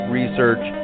research